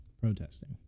protesting